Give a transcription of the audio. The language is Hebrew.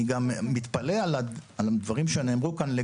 אני מתפלא על הדברים שנאמרו כאן.